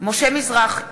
משה מזרחי,